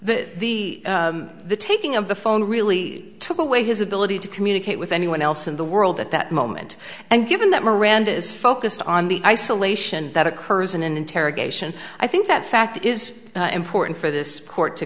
the taking of the phone really took away his ability to communicate with anyone else in the world at that moment and given that miranda is focused on the isolation that occurs in an interrogation i think that fact is important for this court to